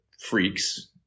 freaks